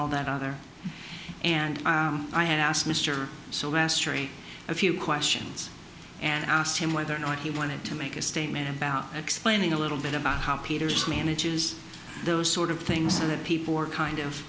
all that other and i asked mr so mastery a few questions and i asked him whether or not he wanted to make a statement about explaining a little bit about how peterson manages those sort of thing so that people are kind of